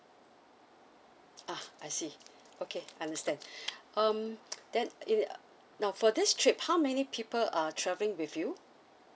ah I see okay understand um then it now for this trip how many people are travelling with you